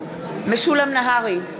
משולם נהרי,